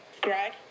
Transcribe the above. greg